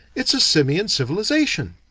it's a simian civilization.